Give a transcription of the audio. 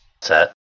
Set